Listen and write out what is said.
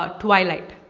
ah twilight.